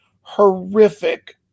horrific